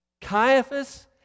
Caiaphas